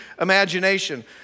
imagination